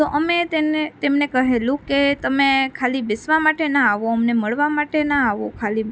તો અમે તેને તેમને કહેલું કે તમે ખાલી બેસવાં માટે ન આવો અમને મળવાં માટે ના આવો ખાલી